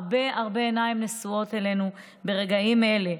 הרבה הרבה עיניים נשואות אלינו ברגעים אלה.